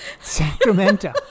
Sacramento